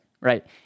Right